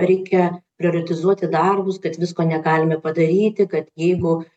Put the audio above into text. reikia prioretizuoti darbus kad visko negalime padaryti kad jeigu